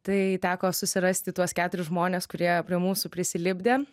tai teko susirasti tuos keturis žmones kurie prie mūsų prisilipdė